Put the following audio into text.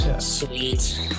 Sweet